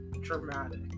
dramatic